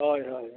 ᱦᱳᱭ ᱦᱳᱭ ᱦᱳᱭ